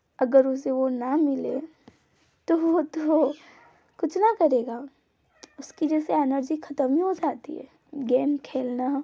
अगर उसे वो ना मिले तो वो तो कुछ ना करेगा उसकी जैसे एनर्जी खतम ही हो जाती है गेम खेलना